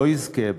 לא יזכה בה,